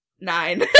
Nine